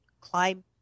climb